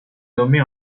nommée